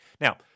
Now